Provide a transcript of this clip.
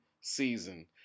season